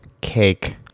Cake